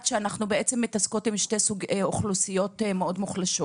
שאנחנו מתעסקות עם שתי אוכלוסיות מאוד מוחלשות